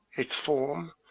its form,